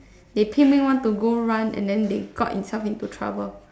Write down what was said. they 拼命 want to go run and then they got themselves into trouble